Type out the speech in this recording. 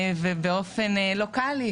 ובאופן לוקלי,